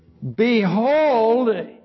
Behold